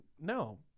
No